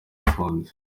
afunze